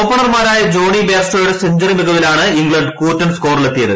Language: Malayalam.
ഓപ്പണർമാരായ ജോണി ബെയർസ്റ്റോയുടെ സെഞ്ചറി മികവിലാണ് ഇംഗ്ലണ്ട് കൂറ്റൻ സ്കോറിലെത്തിയത്